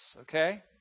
okay